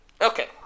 Okay